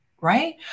Right